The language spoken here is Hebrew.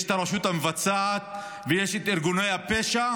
יש את הרשות המבצעת ויש את ארגוני הפשע,